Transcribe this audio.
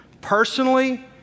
personally